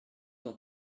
dans